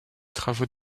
travaux